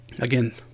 Again